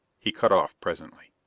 he cut off presently.